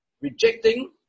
rejecting